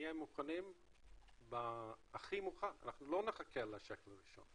נהיה מוכנים הכי מאוחר אנחנו לא נחכה לשקל הראשון,